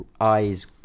eyes